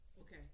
okay